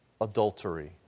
adultery